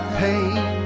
pain